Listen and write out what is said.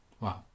Wow